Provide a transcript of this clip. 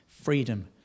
freedom